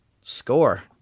Score